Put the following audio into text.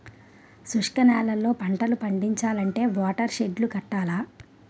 శుష్క నేలల్లో పంటలు పండించాలంటే వాటర్ షెడ్ లు కట్టాల